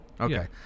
Okay